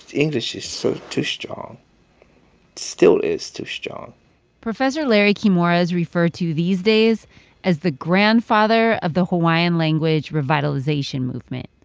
english is so too strong still is too strong professor larry kimura is referred to these days as the grandfather of the hawaiian language revitalization movement.